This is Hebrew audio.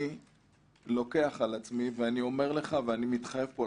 אני לוקח על עצמי ואני אומר לך ומתחייב פה,